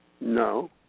No